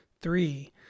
Three